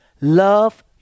love